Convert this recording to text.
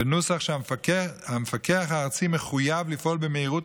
בנוסח שהמפקח הארצי מחויב לפעול במהירות